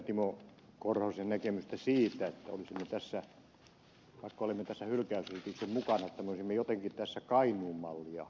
timo korhosen näkemystä siitä vaikka olemme tässä hylkäysesityksessä mukana että olisimme jotenkin kainuun mallia torjumassa